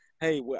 hey